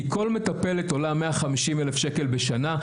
כי כל מטפלת עולה 150 אלף שקלים בשנה,